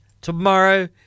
tomorrow